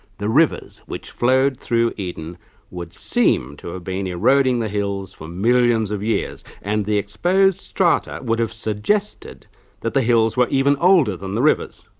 the rivers which flowed through eden would seem to have ah been eroding the hills for millions of years, and the exposed strata would have suggested that the hills were even older than the rivers.